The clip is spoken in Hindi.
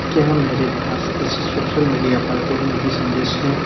क्या मेरे पास किसी सोशल मीडिया पर कोई निजी संदेश है